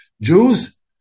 Jews